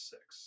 Six